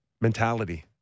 mentality